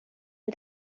you